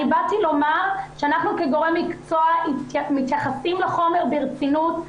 אני באתי לומר שאנחנו כגורם מקצוע מתייחסים לומר ברצינות.